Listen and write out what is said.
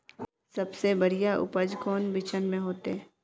सबसे बढ़िया उपज कौन बिचन में होते?